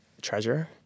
treasure